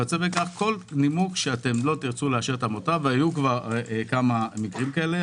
כל נימוק שלא תרצו לאשר את העמותה והיו כמה מקרים כאלה.